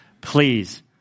Please